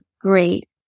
great